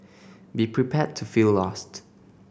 be prepared to feel lost